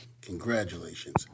Congratulations